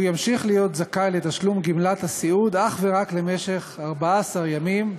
הוא ימשיך להיות זכאי לתשלום גמלת הסיעוד אך ורק למשך 14 ימים,